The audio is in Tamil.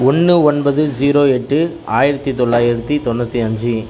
ஒன்று ஒன்பது ஸீரோ எட்டு ஆயிரத்தி தொள்ளாயிரத்தி தொண்ணூற்றி அஞ்சு